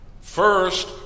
First